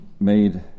made